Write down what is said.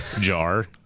jar